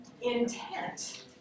intent